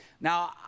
Now